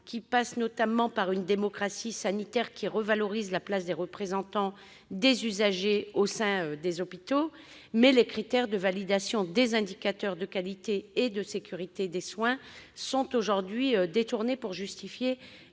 qui passe notamment par une démocratie sanitaire revalorisant la place des représentants des usagers au sein des hôpitaux. Mais les critères de validation des indicateurs de qualité et de sécurité des soins sont aujourd'hui détournés pour justifier